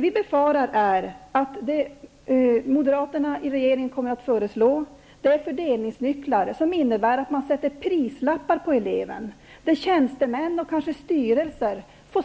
Vi befarar att moderaterna i regeringen kommer att föreslå fördelningsnycklar som innebär att man sätter prislapp på eleven, att tjänstemän och kanske styrelser får